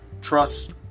Trust